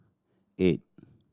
eight